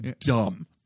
dumb